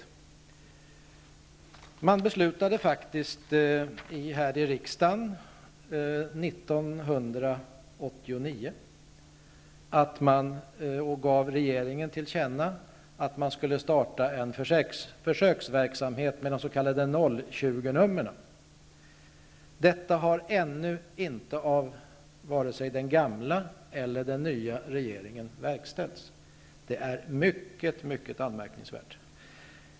Riksdagen beslutade faktiskt 1989 och gav regeringen till känna att en en försöksverksamhet skulle startas med s.k. 020-nummer. Varken den gamla eller den nya regeringen har ännu verkställt detta, och det är synnerligen anmärkningsvärt.